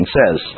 says